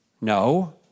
No